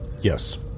Yes